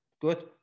Good